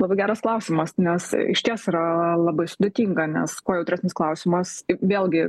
labai geras klausimas nes išties yra labai sudėtinga nes kuo jautresnis klausimas vėlgi